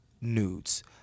nudes